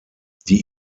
die